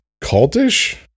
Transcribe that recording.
cultish